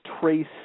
trace